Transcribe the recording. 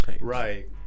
Right